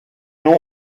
nom